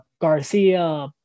Garcia